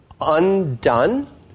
undone